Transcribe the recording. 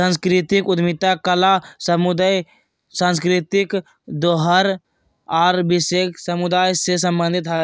सांस्कृतिक उद्यमिता कला समुदाय, सांस्कृतिक धरोहर आर विशेष समुदाय से सम्बंधित रहो हय